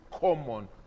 common